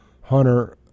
Hunter